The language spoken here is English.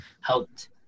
helped